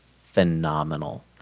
phenomenal